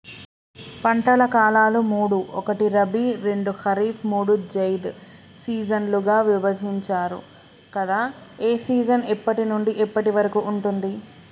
పంటల కాలాలు మూడు ఒకటి రబీ రెండు ఖరీఫ్ మూడు జైద్ సీజన్లుగా విభజించారు కదా ఏ సీజన్ ఎప్పటి నుండి ఎప్పటి వరకు ఉంటుంది?